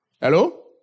Hello